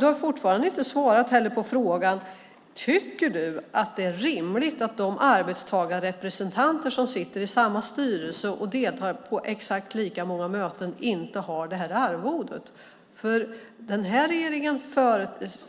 Du har fortfarande inte heller svarat på frågan: Tycker du att det är rimligt att de arbetstagarrepresentanter som sitter i samma styrelse och deltar i exakt lika många möten inte har det här arvodet? För den här regeringen